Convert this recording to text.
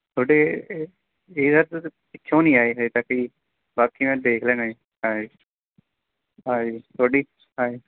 ਤੁਹਾਡੇ ਪਿੱਛੋਂ ਨਹੀਂ ਆਏ ਹਜੇ ਤੱਕ ਜੀ ਬਾਕੀ ਮੈਂ ਦੇਖ ਲੈਂਦਾ ਹਾਂਜੀ ਹਾਂਜੀ ਤੁਹਾਡੀ ਹਾਂਜੀ